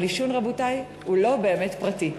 אבל עישון, רבותי, הוא לא באמת פרטי.